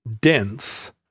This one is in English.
dense